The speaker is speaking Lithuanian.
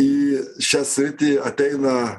į šią sritį ateina